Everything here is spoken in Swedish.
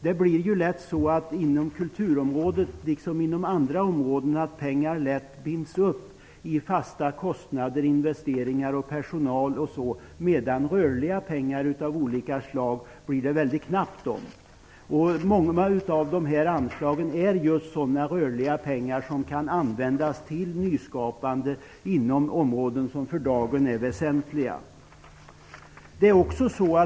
Det blir lätt så inom kulturområdet, liksom inom andra områden, att pengar lätt binds upp i fasta kostnader, investeringar och personal, medan det blir väldigt knappt om rörliga medel av olika slag. Många av dessa anslag är sådana rörliga medel som kan användas till nyskapande inom områden som för dagen är väsentliga.